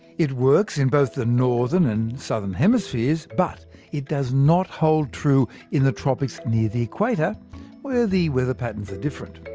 it works in both the northern and southern hemispheres. but it does not hold true in the tropics near the equator where the weather patterns are different.